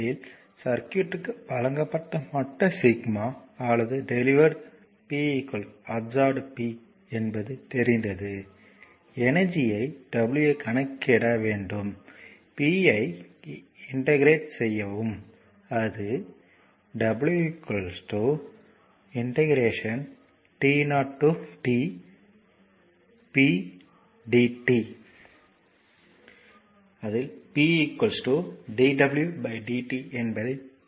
8 சர்க்யூட்க்கு வழங்கப்பட்ட மொத்த σ அல்லது டெலிவ்ர்ட் அப்சார்ப்டு என்பது தெரியிந்தது எனர்ஜியை w கணக்கிட P யை இன்டெக்ராட் செய்யவும் அது Pdwdt என்பதை பார்தோப்போம்